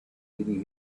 really